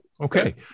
Okay